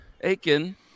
Aiken